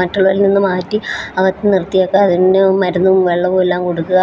മറ്റുള്ളവരിൽ നിന്നു മാറ്റി അകത്ത് നിർത്തിയേക്കുക അതിൻ്റെ മരുന്നും വെള്ളവും എല്ലാം കൊടുക്കുക